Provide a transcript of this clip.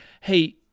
hey